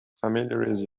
familiarize